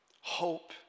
Hope